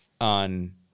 on